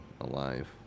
alive